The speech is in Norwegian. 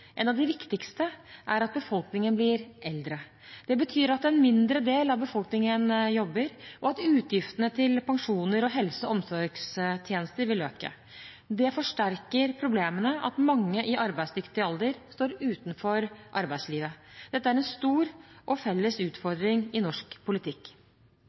En av de viktigste er at befolkningen blir eldre. Det betyr at en mindre del av befolkningen jobber, og at utgifter til pensjoner og helse- og omsorgstjenester vil øke. Det forsterker problemene at mange i arbeidsdyktig alder står utenfor arbeidslivet. Dette er en stor, og felles, utfordring i norsk politikk.